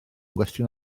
gwestiwn